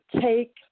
take